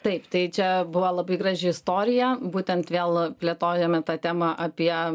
taip tai čia buvo labai graži istorija būtent vėl plėtojame tą temą apie